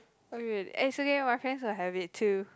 okay and it's okay my friends will have it too